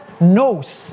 knows